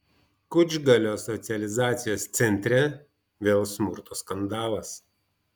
kučgalio socializacijos centre vėl smurto skandalas